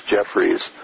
Jeffries